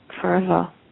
forever